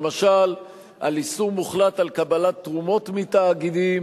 למשל איסור מוחלט על קבלת תרומות מתאגידים,